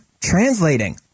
translating